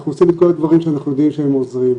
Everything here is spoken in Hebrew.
אנחנו עושים את כל הדברים שאנחנו יודעים שהם עוזרים.